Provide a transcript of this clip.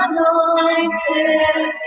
Anointed